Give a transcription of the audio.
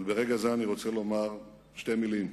אבל ברגע זה אני רוצה לומר שתי מלים לך,